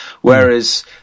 Whereas